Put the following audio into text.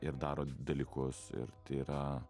ir daro dalykus ir tai yra